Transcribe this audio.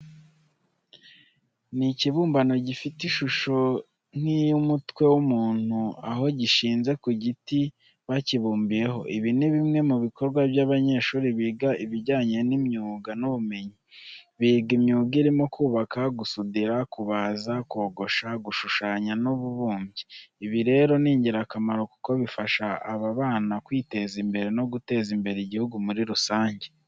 Ni ikibumbano gifite ishusho nk'iy'umutwe w'umuntu, aho gishinze ku giti bakibumbiyeho. Ibi ni bimwe mu bikorwa by'abanyeshuri biga ibijyanye n'imyuga n'ubumenyingiro. Biga imyuga irimo kubaka, gusudira, kubaza, kogosha, gushushanya n'ububumbyi. Ibi rero ni ingirakamaro kuko bifasha aba bana kwiteza imbere no guteza imbere igihugu muri rusange.